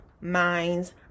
minds